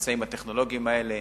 הטכנולוגיים האלה,